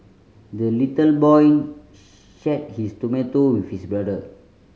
the little boy shared his tomato with his brother